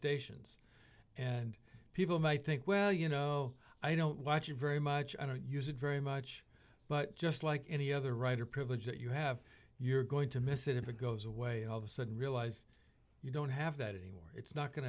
stations and people might think well you know i don't watch it very much i don't use it very much but just like any other writer privilege that you have you're going to miss it if it goes away all of a sudden realize you don't have that anymore it's not going